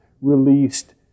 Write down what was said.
released